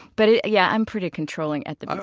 but yeah, i'm pretty controlling at the but